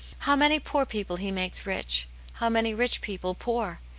how many poor people he makes rich how many rich people poor!